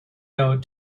note